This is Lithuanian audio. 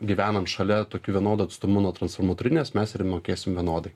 gyvenam šalia tokiu vienodu atstumu nuo transformatorinės mes ir mokėsim vienodai